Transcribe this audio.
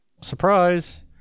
surprise